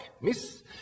Miss